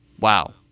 Wow